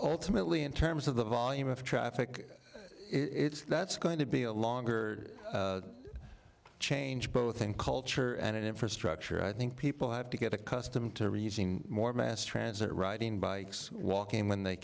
alternately in terms of the volume of traffic it's that's going to be a longer change both in culture and infrastructure i think people have to get accustomed to reading more mass transit riding bikes walking when they